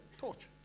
torch